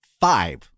five